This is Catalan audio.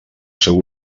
seu